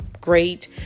great